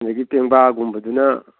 ꯑꯗꯒꯤ ꯄꯦꯡꯕꯥꯒꯨꯝꯕꯗꯨꯅ